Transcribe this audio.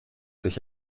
sich